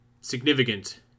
significant